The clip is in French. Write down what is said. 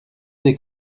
des